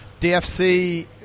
DFC